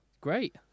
great